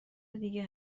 دیگه